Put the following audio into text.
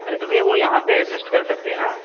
अरे तो भैया वो यहाँ पे एडजस्ट कर सकते हैं ना